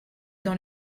dans